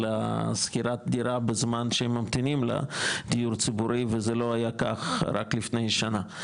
לשכירת דירה בזמן שהם ממתינים לדיור הציבורי וזה לא היה כך רק לפני שנה.